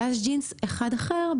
ואז ג'ינס אחד אחר,